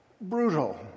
brutal